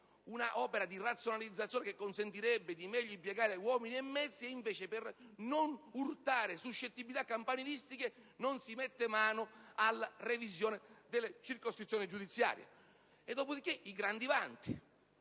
un'opera di razionalizzazione che consentirebbe di impiegare meglio uomini e mezzi e invece, per non urtare suscettibilità campanilistiche, non si mette mano alla revisione delle circoscrizioni giudiziarie. Parliamo poi dei grandi vanti